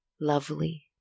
lovely